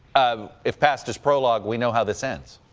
um if past is pro long, we know how this ends.